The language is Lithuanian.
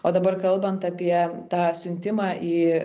o dabar kalbant apie tą siuntimą į